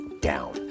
down